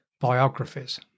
Biographies